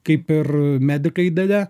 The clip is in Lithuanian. kaip ir medikai deja